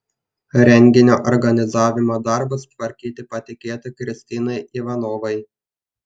renginio organizavimo darbus tvarkyti patikėta kristinai ivanovai